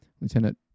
Lieutenant